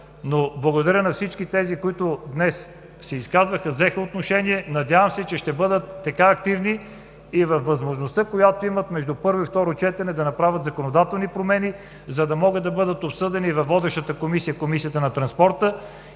Благодаря на всички тези, които днес се изказаха, взеха отношение. Надявам се, че ще бъдат така активни и във възможността, която имат между първо и второ четене, да направят законодателни промени, за да могат да бъдат обсъдени и във водещата комисия – Комисията по транспорта,